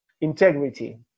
integrity